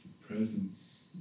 presence